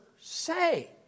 say